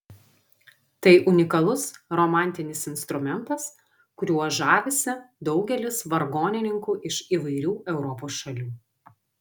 tai unikalus romantinis instrumentas kuriuo žavisi daugelis vargonininkų iš įvairių europos šalių